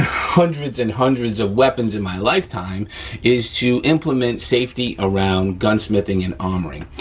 hundreds and hundreds of weapons in my lifetime is to implement safety around gunsmithing and armoring,